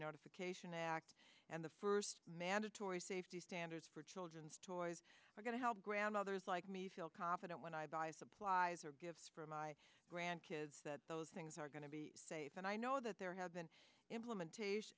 notification act and the first mandatory safety standards for children's toys are going to help grandmothers like me feel confident when i buy supplies or gifts for my grandkids that those things are going to be safe and i know that there have been implementation